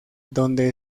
donde